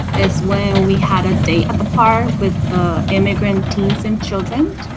is when we had a day at the park with ah immigrant teens and children.